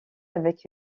avec